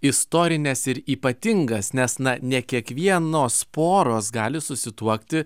istorines ir ypatingas nes na ne kiekvienos poros gali susituokti